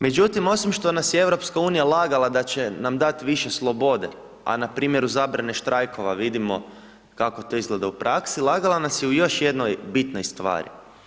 Međutim, osim što nam je EU lagala da će nam dati više slobode, a na primjeru zabrane štrajkova vidimo kako to izgleda u praksi, lagala nas je u još jednoj bitnoj stvari.